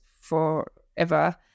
forever